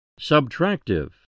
Subtractive